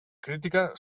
crítica